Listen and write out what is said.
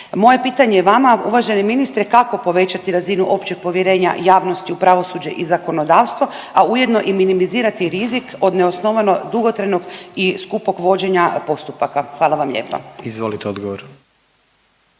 je pitanje vama uvaženi ministre kako povećati razinu općeg povjerenja javnosti u pravosuđe i zakonodavstvo, a ujedno i minimalizirati rizik od neosnovano dugotrajnog i skupog vođenja postupaka? Hvala vam lijepa. **Jandroković,